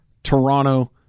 Toronto